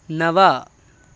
नव